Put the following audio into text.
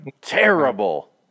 terrible